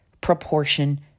proportion